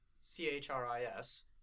C-H-R-I-S